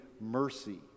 mercy